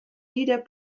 leader